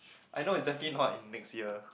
I know it's definitely not in next year